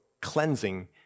cleansing